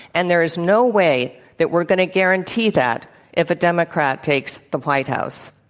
and there is no way that we're going to guarantee that if a democrat takes the white house.